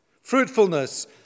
Fruitfulness